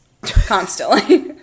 constantly